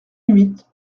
huit